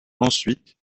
ensuite